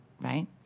right